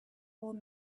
old